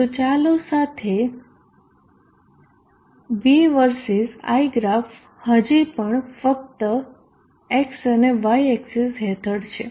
તો ચાલો સાથે V versus I ગ્રાફ હજી પણ ફક્ત x અને y એક્સીસ હેઠળ છે